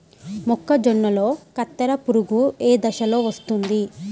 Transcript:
మొక్కజొన్నలో కత్తెర పురుగు ఏ దశలో వస్తుంది?